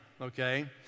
okay